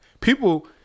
People